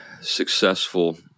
successful